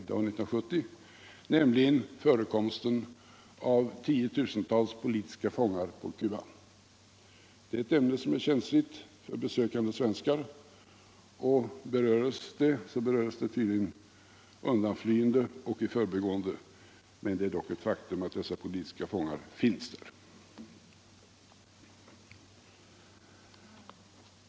Jag syftar på förekomsten av tiotusentals politiska fångar på Cuba. Det är ett känsligt ämne för besökande svenskar, och beröres det alls, sker det tydligen undflyende och i förbigående, men det förbigående. men det är dock eu faktum att dessa politiska fångar finns där.